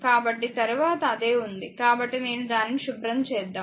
కాబట్టి తరువాత అదే ఉంది కాబట్టి నేను దానిని శుభ్రం చేద్దాం